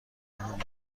همان